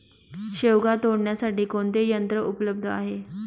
शेवगा तोडण्यासाठी कोणते यंत्र उपलब्ध आहे?